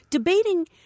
Debating